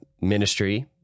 ministry